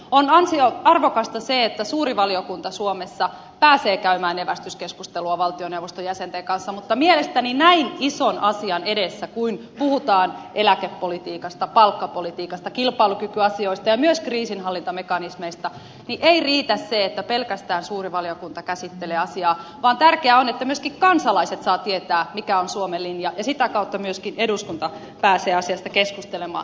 on arvokasta se että suuri valiokunta suomessa pääsee käymään evästyskeskustelua valtioneuvoston jäsenten kanssa mutta mielestäni näin ison asian edessä kun puhutaan eläkepolitiikasta palkkapolitiikasta kilpailukykyasioista ja myös kriisinhallintamekanismeista ei riitä se että pelkästään suuri valiokunta käsittelee asiaa vaan tärkeää on että myöskin kansalaiset saavat tietää mikä on suomen linja ja sitä kautta myöskin eduskunta pääsee asiasta keskustelemaan